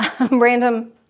random